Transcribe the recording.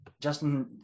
Justin